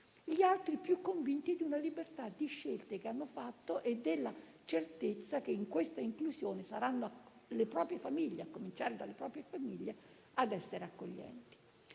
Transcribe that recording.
gli altri più convinti di una libertà di scelte che hanno fatto e della certezza che in questa inclusione saranno le proprie famiglie, a cominciare da queste, ad essere accoglienti.